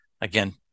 again